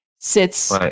sits